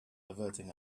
averting